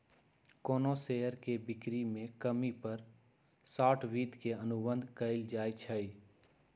कोनो शेयर के बिक्री में कमी पर शॉर्ट वित्त के अनुबंध कएल जाई छई